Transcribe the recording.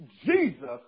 Jesus